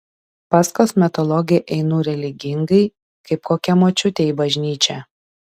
pas kosmetologę einu religingai kaip kokia močiutė į bažnyčią